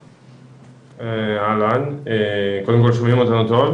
אהלן, שמי ולאד,